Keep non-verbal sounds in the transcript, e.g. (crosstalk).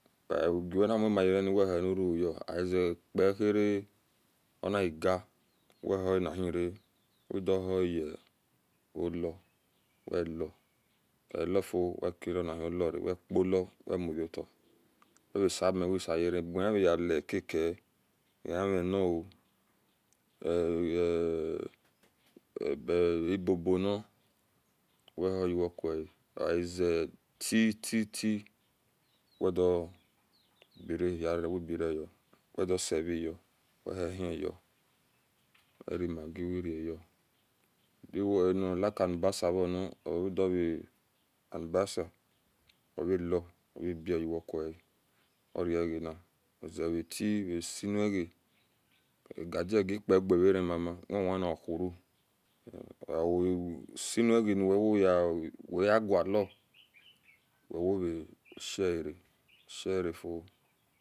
(hesitation) aguweni mamayera ni wehinru-u yo (hesitation) azepahere onahiga wehonahira udo-hoeulo welo we akofio wekilenaholo a wepo ta wemuyiba wisimi wisiyera abuwe hiayat lie kake anamenio (hesitation) ibo-bo ni we oauwikue ogaezetic ti ti wediobi raharere webiroyo wedose niyo wehienyo weri-maggi wirayo (hesitation) duweanalike-alibasa uani (hesitation) oudora libasi wera lawerayiwekuye origana ozegatie rasonaga gaadi-egg epoga rara mama un-un ni ouru (hesitation) ogawoso nigani wewo yeva lo eora sheara sheara shearfio